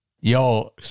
Yo